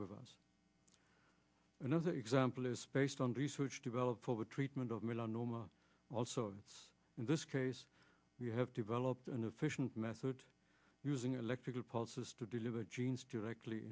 with us another example is based on research developed over treatment of melanoma also in this case we have developed an efficient method using electrical pulses to deliver genes directly